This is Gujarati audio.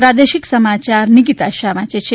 પ્રાદેશિક સમાયાર નિકિતા શાહ વાંચે છે